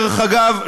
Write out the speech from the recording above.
דרך אגב,